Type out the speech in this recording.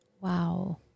Wow